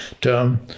term